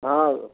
हाँ